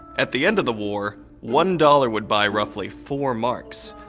at the end of the war, one dollar would buy roughly four marks.